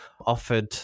offered